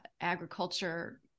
agriculture